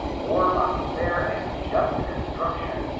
or by fair and just construction,